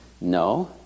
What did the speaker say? No